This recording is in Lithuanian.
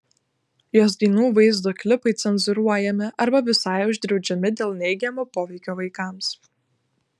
jos dainų vaizdo klipai cenzūruojami arba visai uždraudžiami dėl neigiamo poveikio vaikams